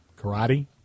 Karate